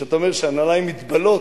כשאתה אומר שהנעליים מתבלות,